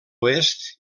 oest